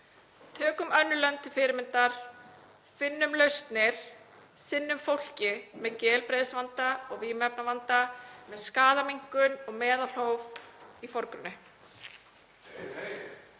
Tökum önnur lönd til fyrirmyndar, finnum lausnir, sinnum fólki með geðheilbrigðisvanda og vímuefnavanda með skaðaminnkun og meðalhóf í forgrunni.